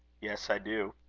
yes, i do.